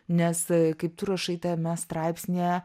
nes kaip tu rašai tame straipsnyje